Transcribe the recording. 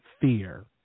Fear